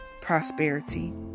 prosperity